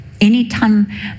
Anytime